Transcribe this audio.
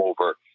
over